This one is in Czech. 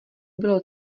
bylo